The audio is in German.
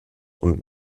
und